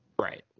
Right